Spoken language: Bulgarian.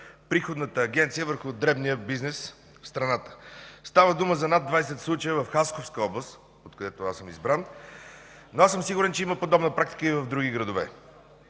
Приходната агенция върху дребния бизнес в страната. Става дума за над 20 случая в Хасковска област, от която съм избран, но аз съм сигурен, че подобна практика съществува и в други градове.